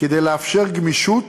כדי לאפשר גמישות